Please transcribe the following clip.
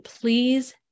Please